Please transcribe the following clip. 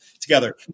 together